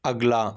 اگلا